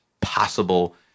possible